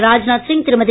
Rajnath Singh Thirumathi